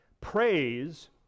praise